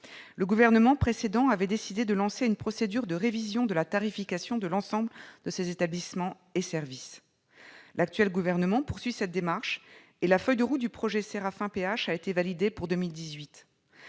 Le gouvernement précédent avait décidé de lancer une procédure de révision de la tarification de l'ensemble de ces établissements et services. L'actuel gouvernement poursuit cette démarche et la feuille de route du projet SERAFIN-Personnes Handicapées a été validée pour 2018.